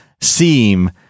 seem